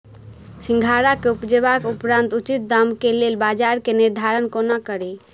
सिंघाड़ा केँ उपजक उपरांत उचित दाम केँ लेल बजार केँ निर्धारण कोना कड़ी?